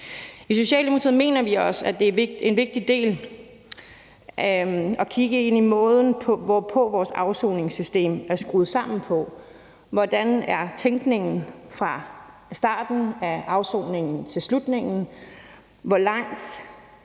I Socialdemokratiet mener vi også, at det er en vigtig del at kigge ind i måden, hvorpå vores afsoningssystem er skruet sammen. Hvordan er tænkningen fra starten af afsoningen til slutningen? Hvor langt